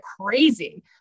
crazy